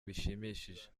bishimishije